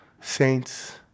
saints